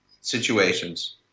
situations